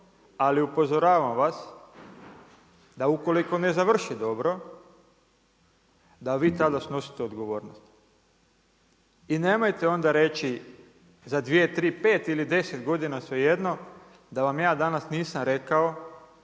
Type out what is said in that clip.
ali upozoravam vas da ukoliko ne završi dobro da vi tada snosite odgovornost. I nemojte onda reći za dvije, tri, pet ili 10 godina svejedno da vam ja danas nisam rekao